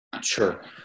Sure